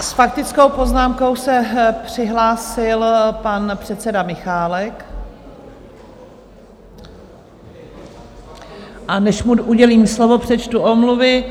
S faktickou poznámkou se přihlásil pan předseda Michálek, a než mu udělím slovo, přečtu omluvy.